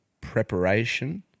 preparation